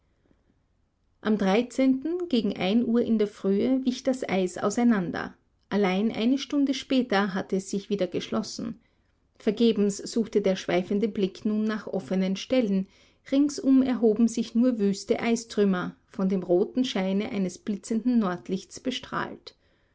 am gegen ein uhr in der frühe wich das eis auseinander allein eine stunde später hatte es sich wieder geschlossen vergebens suchte der schweifende blick nun nach offenen stellen ringsum erhoben sich nur wüste eistrümmer von dem roten scheine eines blitzenden nordlichts bestrahlt